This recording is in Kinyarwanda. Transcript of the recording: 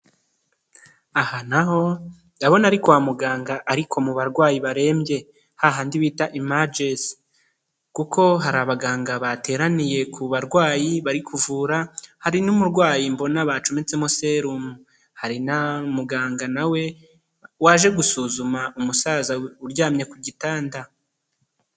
Aha naho, ndabona ari kwa muganga ariko mu barwayi barembye, hahandi bita emajensi. Kuko hari abaganga bateraniye ku barwayi bari kuvura, hari n'umurwayi mbona bacometsemo serumu. Hari na muganga nawe, waje gusuzuma umusaza uryamye ku gitanda.